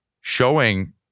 showing